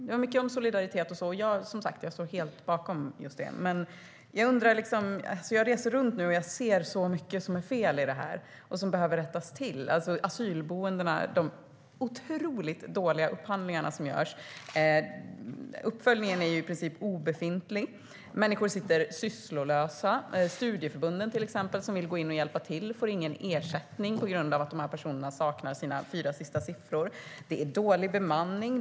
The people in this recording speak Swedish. Det var mycket om solidaritet och annat, och det står jag som sagt helt bakom. Jag reser runt nu och ser så mycket som är fel och som behöver rättas till. Det handlar om asylboendena och de otroligt dåliga upphandlingar som görs. Uppföljningen är i princip obefintlig. Människor sitter sysslolösa. Studieförbunden, som vill gå in och hjälpa till, får ingen ersättning på grund av att de här personerna saknar sina fyra sista siffror. Det är dålig bemanning.